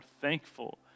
thankful